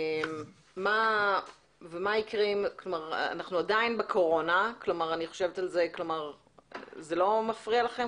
אנחנו עדיין בקורונה, זה לא מפריע לכם?